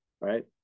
right